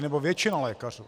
Nebo většina lékařů?